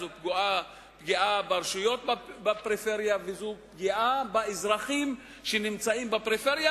זו פגיעה ברשויות בפריפריה וזו פגיעה באזרחים שנמצאים בפריפריה,